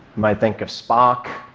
might think of spock,